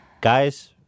Guys